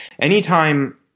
anytime